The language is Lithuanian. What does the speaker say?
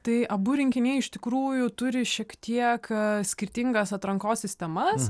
tai abu rinkiniai iš tikrųjų turi šiek tiek skirtingas atrankos sistemas